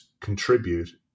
contribute